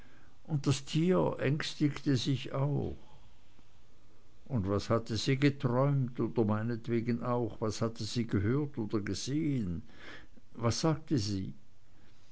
und das tier ängstigte sich auch und was hatte sie geträumt oder meinetwegen auch was hatte sie gehört oder gesehen was sagte sie